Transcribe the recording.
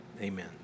amen